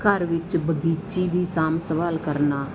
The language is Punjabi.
ਘਰ ਵਿੱਚ ਬਗੀਚੀ ਦੀ ਸਾਂਭ ਸੰਭਾਲ ਕਰਨਾ